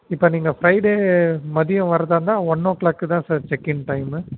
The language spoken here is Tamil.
இப்போ நீங்கள் ஃப்ரைடே மதியம் வர்றதாருந்தால் ஒன் ஓ க்ளாக்கு தான் சார் செக்இன் டைம்மு